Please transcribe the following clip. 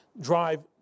drive